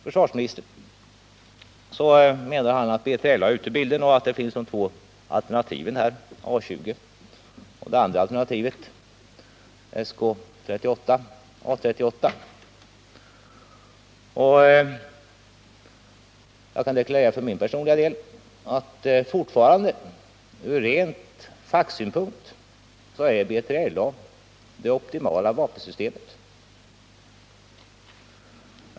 Försvarsministern menar att B3LA är ute ur bilden och att det endast återstår de båda alternativen A20 och SK38/A38. För min personliga del kan jag deklarera att fortfarande är B3LA ur ren facksynpunkt det optimala vapensystemet.